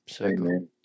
Amen